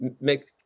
make